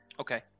Okay